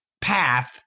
path